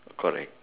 correct